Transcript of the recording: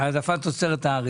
העדפת תוצרת הארץ.